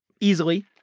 easily